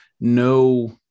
no